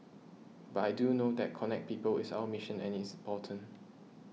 but I do know that connect people is our mission and it's important